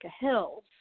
Hills